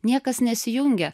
niekas nesijungia